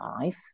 life